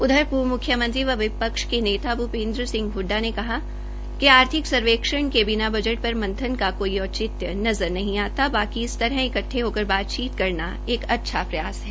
उधर पूर्व मुख्यमंत्री व विपक्ष के नेता भूपेन्द्र सिंह हडडा ने कहा कि आर्थिक सर्वेक्षण के बिना बजट पर मंथन का कोई औचित्य नज़र नहीं आता बाकी इस तरह इकटठे होकर बातचीत करना एक अच्छा प्रयास है